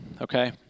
okay